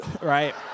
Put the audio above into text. right